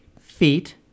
feet